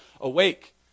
Awake